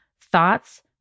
thoughts